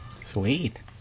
Sweet